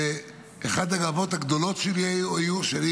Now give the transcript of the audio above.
כשאחת הגאוות הגדולות שהיו לי היא שכשאני